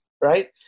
right